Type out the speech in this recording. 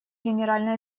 генеральной